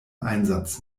einsatz